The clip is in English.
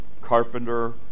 carpenter